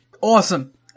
Awesome